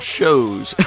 shows